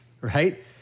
right